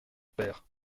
père